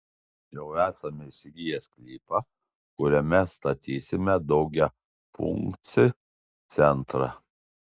jau esame įsigiję sklypą kuriame statysime daugiafunkcį centrą